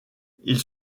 ils